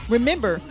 Remember